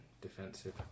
Defensive